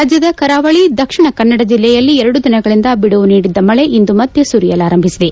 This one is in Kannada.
ರಾಜ್ಯದ ಕರಾವಳಿ ದಕ್ಷಿಣ ಕನ್ನಡ ಜಿಲ್ಲೆಯಲ್ಲಿ ಎರಡು ದಿನಗಳಿಂದ ಬಿಡುವು ನೀಡಿದ್ದ ಮಳೆ ಇಂದು ಮತ್ತೆ ಸುರಿಯಲಾರಂಭಿಸಿದೆ